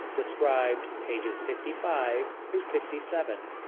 described pages fifty five through fifty seven.